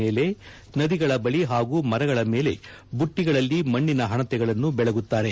ಮೇಲೆ ನದಿಗಳ ಬಳಿ ಹಾಗೂ ಮರಗಳ ಮೇಲೆ ಬುಟ್ಟಗಳಲ್ಲಿ ಮಣ್ಣೆನ ಹಣತೆಗಳನ್ನು ಬೆಳಗುತ್ತಾರೆ